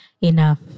Enough